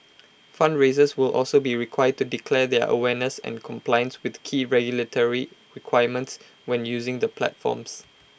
fundraisers will also be required to declare their awareness and compliance with key regulatory requirements when using the platforms